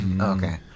Okay